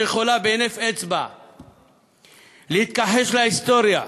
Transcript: שיכולה בהינף אצבע להתכחש להיסטוריה,